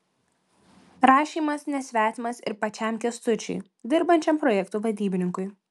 rašymas nesvetimas ir pačiam kęstučiui dirbančiam projektų vadybininku